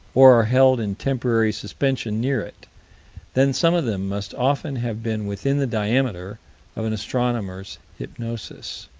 or are held in temporary suspension near it then some of them must often have been within the diameter of an astronomer's hypnosis.